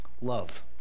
love